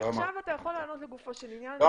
עכשיו אתה יכול לענות לגופו של עניין.